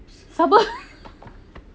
suburbs